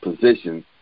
positions